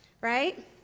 right